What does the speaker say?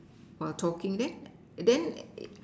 while talking then and then